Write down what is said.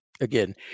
again